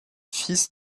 fils